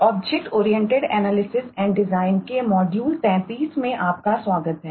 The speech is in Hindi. object oriented analysis and design के मॉड्यूल 33 में आपका स्वागत है